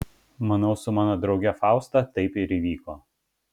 manau su mano drauge fausta taip ir įvyko